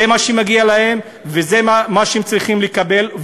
זה מה שמגיע להם וזה מה שהם צריכים לקבל,